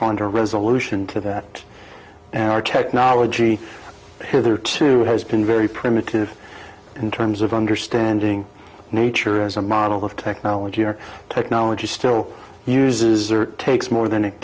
found a resolution to that and our technology whether to has been very primitive in terms of understanding nature as a model of technology or technology still uses d or takes more than